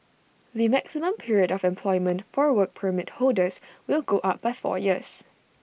the maximum period of employment for Work Permit holders will go up by four years